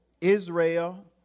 Israel